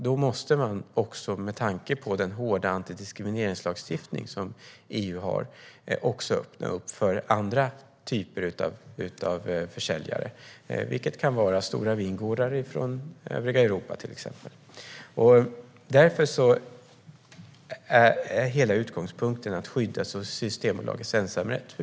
Då måste man, med tanke på den hårda antidiskrimineringslagstiftning som EU har, också öppna upp för andra typer av försäljare. Det kan till exempel vara stora vingårdar från övriga Europa. Därför är hela utgångspunkten att skydda Systembolagets ensamrätt.